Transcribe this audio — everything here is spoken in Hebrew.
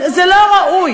זה לא ראוי.